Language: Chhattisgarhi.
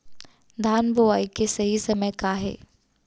धान बोआई के सही समय का हे?